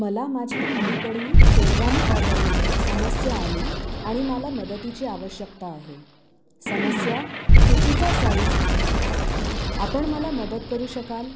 मला माझ्या अलीकडील शेरवानी ऑर्डरमध्ये समस्या आली आणि मला मदतीची आवश्यकता आहे समस्या चुकीचा साईज आहे आपण मला मदत करू शकाल